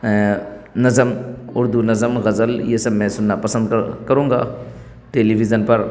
نظم اردو نظم غزل یہ سب میں سننا پسند کروں گا ٹیلیویژن پر